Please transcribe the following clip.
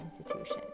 institution